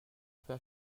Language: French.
peux